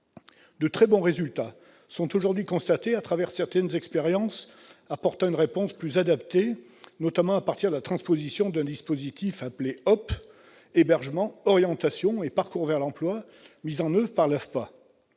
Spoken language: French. De très bons résultats sont aujourd'hui constatés à travers certaines expériences apportant une réponse plus adaptée, notamment à partir de la transposition du dispositif HOPE- hébergement, orientation, parcours vers l'emploi -mis en oeuvre par l'AFPA.